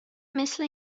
مثل